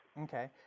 Okay